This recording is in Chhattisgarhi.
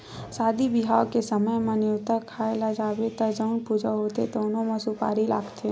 सादी बिहाव के समे म, नेवता खाए ल जाबे त जउन पूजा होथे तउनो म सुपारी लागथे